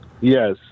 Yes